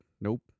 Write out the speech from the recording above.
Nope